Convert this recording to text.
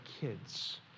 kids